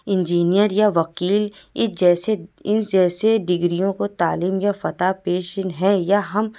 engineer یا وکیل اس جیسے ان جیسے ڈگریوں کو تعلیم یافتہ پیشے ہیں یا ہم